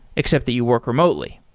except that you work remotely.